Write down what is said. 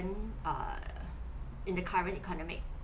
err in the current economic